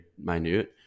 minute